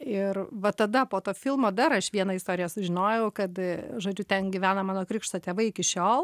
ir va tada po to filmo dar aš vieną istoriją sužinojau kad žodžiu ten gyvena mano krikšto tėvai iki šiol